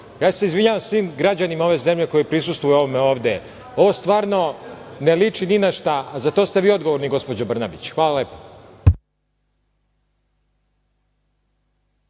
ja se izvinjavam svim građanima ove zemlje koji prisustvuju ovom ovde, ovo stvarno ne liči ni na šta, a za to ste vi odgovorni, gospođo Brnabić. Hvala lepo.